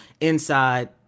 inside